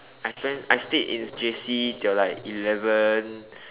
I spent I stayed in J_C till like eleven